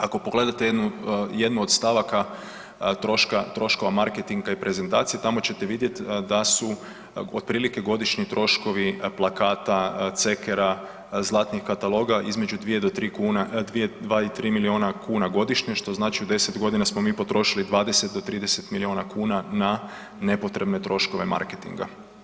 Ako pogledate jednu od stavaka troškova marketinga i prezentacije tamo ćete vidjeti da su otprilike godišnji troškovi plakata, cekera, zlatnih kataloga između 2 do 3 milijuna kuna godišnje, što znači u 10 godina smo mi potrošili 20 do 30 milijuna kuna na nepotrebne troškove marketinga.